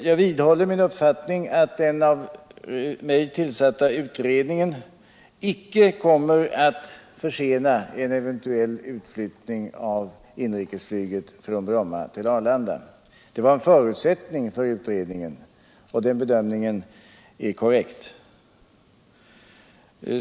Jag vidhåller min uppfattning att den av mig tillsatta utredningen icke kommer att försena en eventuell utflyttning av inrikesflyget från Bromma till Arlanda — det var förutsättningen för utredningen. Och den bedömningen är korrekt.